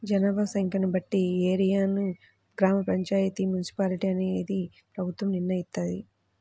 జనాభా సంఖ్యను బట్టి ఏరియాని గ్రామ పంచాయితీ, మున్సిపాలిటీ అనేది ప్రభుత్వం నిర్ణయిత్తది